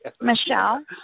Michelle